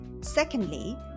Secondly